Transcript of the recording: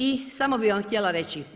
I samo bi vam htjela reći.